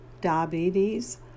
diabetes